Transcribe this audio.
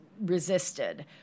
resisted